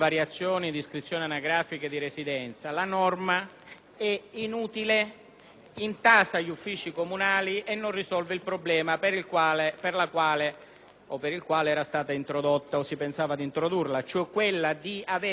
intasa gli uffici comunali e non risolve il problema per il quale era stata introdotta o si pensava di introdurla: avere un controllo nelle variazioni anagrafiche degli stranieri.